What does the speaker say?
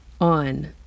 on